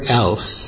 else